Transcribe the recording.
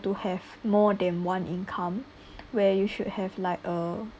to have more than one income where you should have like a